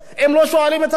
הם לא שואלים את השאלות.